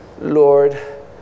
Lord